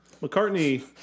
McCartney